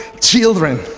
children